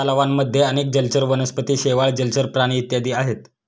तलावांमध्ये अनेक जलचर वनस्पती, शेवाळ, जलचर प्राणी इत्यादी आहेत